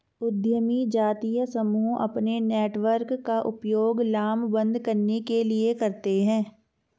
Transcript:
उद्यमी जातीय समूह अपने नेटवर्क का उपयोग लामबंद करने के लिए करते हैं